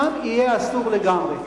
שם יהיה אסור לגמרי,